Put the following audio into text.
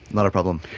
not a problem.